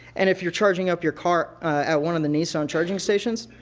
and if you're charging up your car at one of the nissan charging stations?